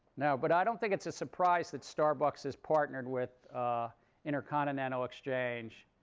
no. but i don't think it's a surprise that starbucks has partnered with intercontinental exchange.